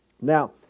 Now